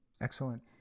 Excellent